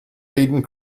aden